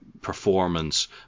performance